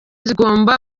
zigomba